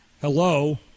Hello